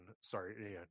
sorry